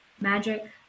magic